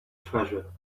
treasure